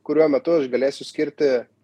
kurio metu aš galėsiu skirti